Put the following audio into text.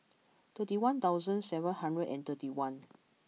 thirty one thousand seven hundred and thirty one